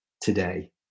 today